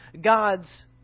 God's